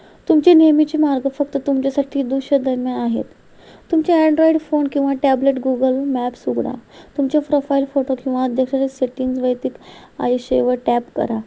तुमचे नेहमीचे मार्ग फक्त तुमच्यासाठी दृश्यदम्य आहेत तुमचे अँड्रॉईड फोन किंवा टॅबलेट गुगल मॅप्स उघडा तुमचे फ्रोफाईल फोटो किंवा अध्यक्षातील सेटिंग्ज वैयक्तिक आयुष्य वर टॅब करा